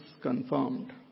confirmed